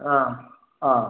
ആ ആ